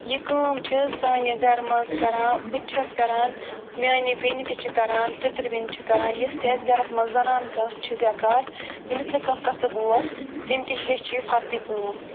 یہِ کٲم چھِ سانہِ گَرٕ مَنٛز کَران بہٕ تہِ چھَس کَران میٛانہِ بیٚنہِ تہِ چھ کران پِتٕرِ چھِ کران یُس تہِ اَسہِ گَرَس مَنٛز زَنان کانٛہہ چھِ بیٚکار ییٚمِس نہٕ کانٛہہ قصب اوس تٔمۍ تہِ ہیٚچھ یہِ فَردِ کٲم